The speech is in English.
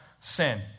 sin